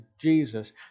Jesus